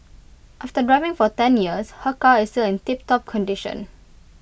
after driving for ten years her car is still in tiptop condition